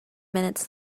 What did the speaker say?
minutes